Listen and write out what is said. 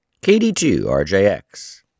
KD2RJX